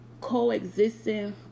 coexisting